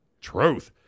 Truth